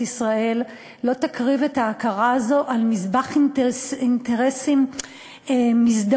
ישראל לא תקריב את ההכרה הזאת על מזבח אינטרסים מזדמנים.